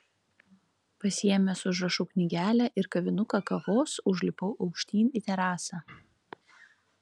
pasiėmęs užrašų knygelę ir kavinuką kavos užlipau aukštyn į terasą